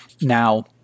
now